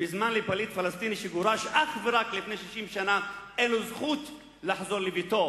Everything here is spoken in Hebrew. בזמן שלפליט פלסטיני שגורש אך ורק לפני 60 שנה אין זכות לחזור לביתו.